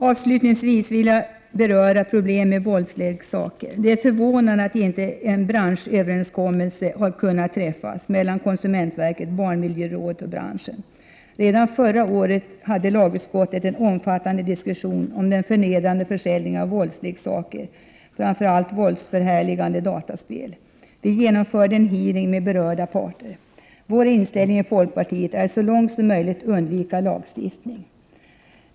Avslutningsvis vill jag beröra problemen med våldsleksaker. Det är förvånande att inte en branschöverenskommelse har kunnat träffas mellan konsumentverket, barnmiljörådet och branschen. Redan förra året hade lagutskottet en omfattande diskussion om den förnedrande försäljningen av våldsleksaker, framför allt våldsförhärligande dataspel. Vi genomförde en hearing med berörda parter. Vår inställning i folkpartiet är att man så långt möjligt skall undvika lagstiftning.